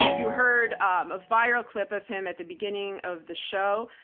you heard um a viral clip of him at the beginning of the show,